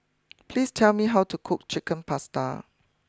please tell me how to cook Chicken Pasta